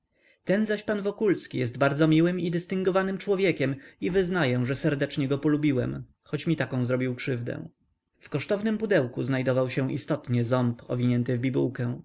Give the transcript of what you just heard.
ten zaś pan wokulski jest bardzo miłym i dystyngowanym człowiekiem i wyznaję że serdecznie go polubiłem choć mi taką zrobił krzywdę w kosztownem pudełku znajdował się istotnie ząb owinięty w bibułkę